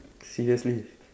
seriously